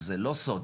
זה לא סוד.